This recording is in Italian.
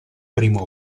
prima